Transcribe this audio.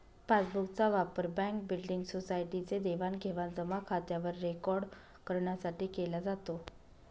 passbook चा वापर bank, building, society चे देवाणघेवाण जमा खात्यावर रेकॉर्ड करण्यासाठी केला जातो